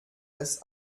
das